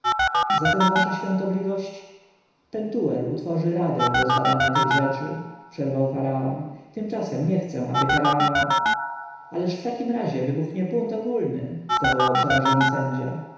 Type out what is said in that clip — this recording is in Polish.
zatem wasza świątobliwość pentuer utworzy radę do zbadania tych rzeczy przerwał faraon tymczasem nie chcę aby karano ależ w takim razie wybuchnie bunt ogólny zawołał przerażony sędzia